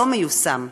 לא מיושם.